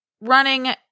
running